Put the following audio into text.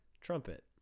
trumpet